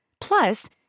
Plus